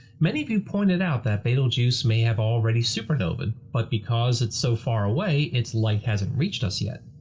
many of you pointed out that betelgeuse may have already supernova but because it's so far away, its light hasn't reached us yet.